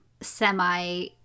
semi